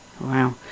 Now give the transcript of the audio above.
Wow